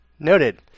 Noted